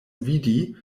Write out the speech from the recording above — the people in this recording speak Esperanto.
vidi